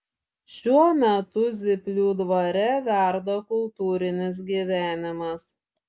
šiuo metu zyplių dvare verda kultūrinis gyvenimas